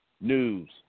news